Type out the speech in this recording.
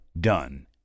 done